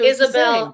Isabel